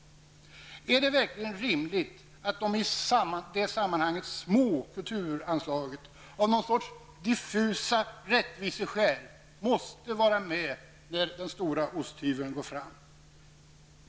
Är det verkligen rimligt att de i sammanhanget små kulturanslagen av någon sorts diffusa rättviseskäl måste vara med när den stora osthyveln går fram?